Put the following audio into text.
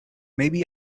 maybe